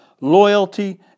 loyalty